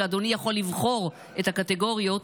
ואדוני יכול לבחור את הקטגוריות,